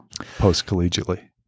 post-collegiately